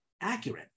accurate